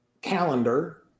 calendar